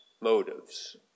motives